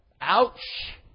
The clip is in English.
ouch